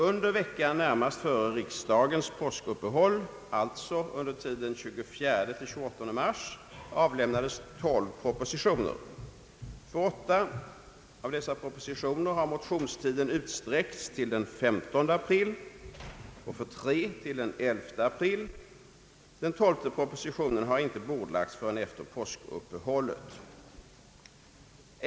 Under veckan närmast före riksdagens påskuppehåll, alltså under tiden den 24—28 mars, avlämnades tolv propositioner. För åtta av dessa propositioner har motionstiden utsträckts till den 15 april och för tre till den 11 april. Den tolfte propositionen har inte bordlagts förrän efter påskuppehållet.